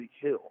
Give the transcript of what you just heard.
Hill